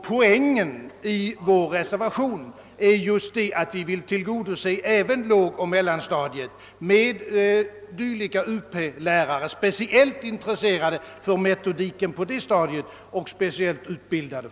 Poängen i vår reservation är just den, att vi vill tillgodose även lågoch mellanstadiets behov av dylika Up-lärare, speciellt intresserade av och utbildade för metodiken på dessa stadier.